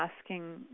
asking